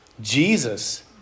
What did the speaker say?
Jesus